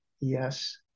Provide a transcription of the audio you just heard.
yes